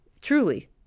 Truly